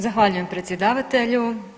Zahvaljujem predsjedavatelju.